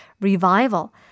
revival